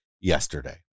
yesterday